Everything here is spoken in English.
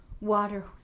water